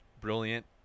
brilliant